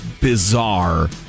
Bizarre